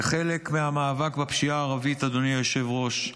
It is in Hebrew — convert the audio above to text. כחלק מהמאבק בפשיעה הערבית, אדוני היושב-ראש,